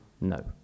No